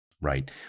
Right